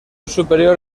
superior